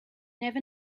never